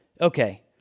okay